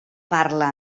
parla